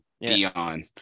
Dion